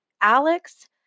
alex